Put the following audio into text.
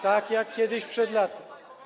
Tak jak kiedyś przed laty.